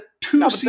two